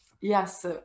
Yes